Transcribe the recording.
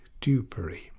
dupery